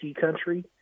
country